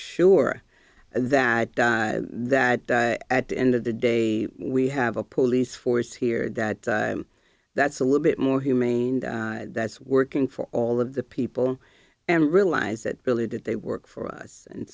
sure that that at the end of the day we have a pool nice force here that that's a little bit more humane and that's working for all of the people and realize that really that they work for us and